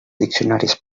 diccionaris